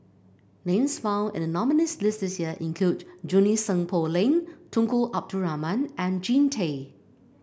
names found in the nominees' list this year include Junie Sng Poh Leng Tunku Abdul Rahman and Jean Tay